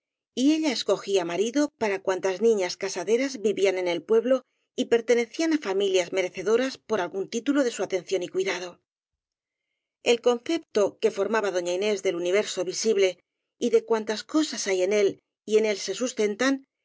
y ella escogía marido para cuan tas niñas casaderas vivían en el pueblo y pertene cían á familias merecedoras por algún título de su atención y cuidado el concepto que formaba doña inés del universo visible y de cuantas cosas hay en él y en él se